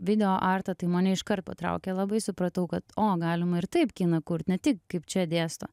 video artą tai mane iškart patraukė labai supratau kad o galima ir taip kiną kurt ne tik kaip čia dėsto